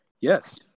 Yes